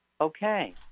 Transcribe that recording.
Okay